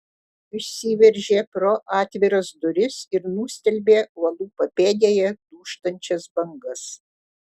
išsiveržė pro atviras duris ir nustelbė uolų papėdėje dūžtančias bangas